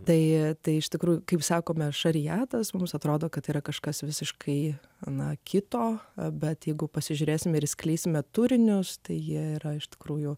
tai tai iš tikrųjų kaip sakome šariatas mums atrodo kad yra kažkas visiškai na kito bet jeigu pasižiūrėsime ir skleistume turinius tai jie yra iš tikrųjų